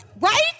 Right